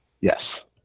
yes